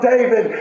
David